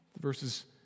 Verses